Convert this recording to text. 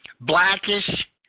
Blackish